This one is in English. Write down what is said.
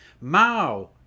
Mao